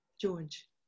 George